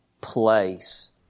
place